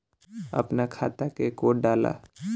अपना खाता के कोड डाला